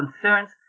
concerns